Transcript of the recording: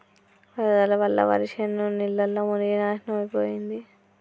వరదల వల్ల వరిశేను నీళ్లల్ల మునిగి నాశనమైపోయింది